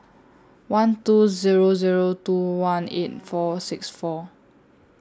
one two Zero Zero two one eight four six four